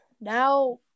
now